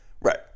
Right